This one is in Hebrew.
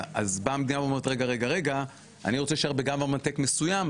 אז באה המדינה ואומרת רגע רגע אני רוצה להישאר ב-Government take מסוים,